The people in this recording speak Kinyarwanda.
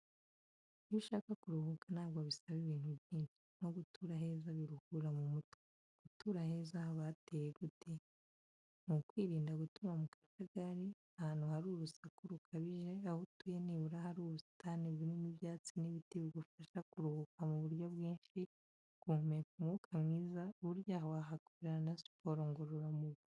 Iyo ushaka kuruhuka ntabwo bisaba ibintu byinshi, no gutura aheza biruhura mu mutwe. Gutura aheza haba hateye gute? Ni ukwirinda gutura mu kajagari, ahantu hari urusaku rukabije, aho utuye nibura hari ubusitani burimo ibyatsi n'ibiti bigufasha kuruhuka mu buryo bwinshi, guhumeka umwuka mwiza, burya wahakorera na siporo ngororamubiri.